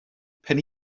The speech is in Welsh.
pen